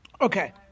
Okay